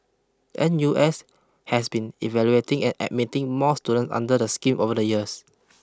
N U S has been evaluating and admitting more student under the scheme over the years